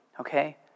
Okay